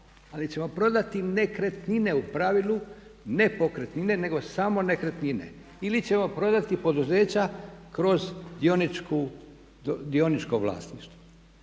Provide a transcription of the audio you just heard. ali ćemo prodati nekretnine u pravilu, ne pokretnine nego samo nekretnine ili ćemo prodati poduzeća kroz dioničko vlasništvo.